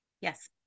yes